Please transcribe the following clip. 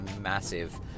massive